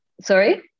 Sorry